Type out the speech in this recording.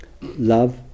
love